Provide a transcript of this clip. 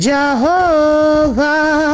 Jehovah